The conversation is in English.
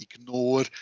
ignore